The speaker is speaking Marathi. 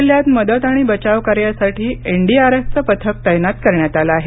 जिल्ह्यात मदत आणि बचावकार्यासाठी एनडीआरएफचं पथक तैनात करण्यात आलं आहे